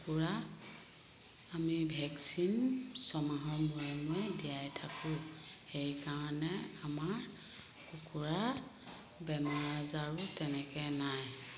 কুকুৰা আমি ভেকচিন ছমাহৰ মূৰে মূৰে দিয়াই থাকোঁ সেইকাৰণে আমাৰ কুকুৰাৰ বেমাৰ আজাৰো তেনেকে নাই